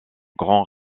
grand